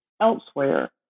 elsewhere